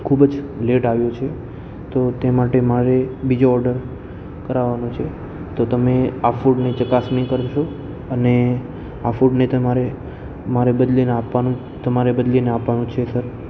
ખૂબ જ લેટ આવ્યું છે તો તે માટે મારે બીજો ઓડર કરાવવાનો છે તો તમે આ ફૂડની ચકાસણી કરશો અને આ ફૂડને તે મારે મારે બદલીને આપવાનું તમારે બદલીને આપવાનું છે સર